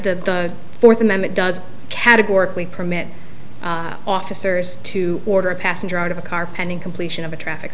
the fourth amendment does categorically permit officers to order a passenger out of a car pending completion of a traffic